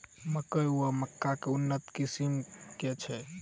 मकई वा मक्का केँ उन्नत किसिम केँ छैय?